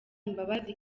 imbabazi